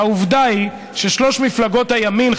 העובדה היא ששלוש מפלגות הימין,